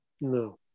no